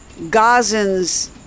Gazans